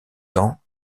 tant